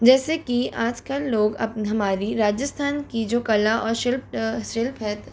जैसे कि आजकल लोग अब हमारी राजस्थान की जो कला और शिल्प शिल्प है